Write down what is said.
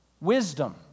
Wisdom